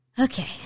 Okay